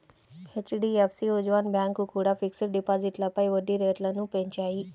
HDFC, Ujjivan bank కూడా fixed డిపాజిట్లపై వడ్డీ రేట్లను పెంచాయి